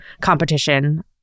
competition